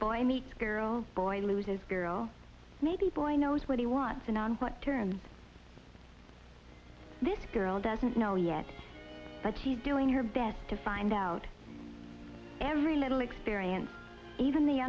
boy meets girl boy loses girl maybe boy knows what he wants in on what turns this girl doesn't know yet but she's doing her best to find out every little experience even the